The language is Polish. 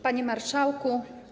Panie Marszałku!